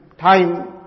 time